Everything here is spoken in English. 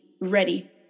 ready